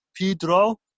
Pedro